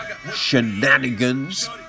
Shenanigans